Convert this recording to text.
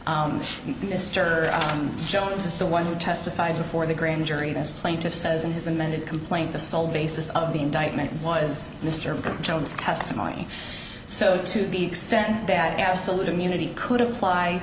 mr jones is the one who testified before the grand jury this plaintiff says in his amended complaint the sole basis of the indictment was mr jones testimony so to the extent that absolute immunity could apply